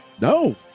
No